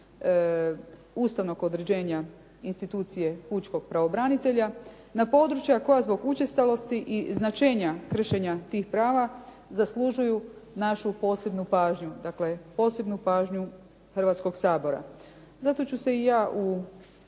Ustavnog određenja institucije Pučkog pravobranitelja, na područja koja zbog učestalosti i značenja kršenja tih prava zaslužuju našu posebnu pažnju. Dakle posebnu pažnju Hrvatskog sabora. Zato ću se i ja u